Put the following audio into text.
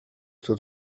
kto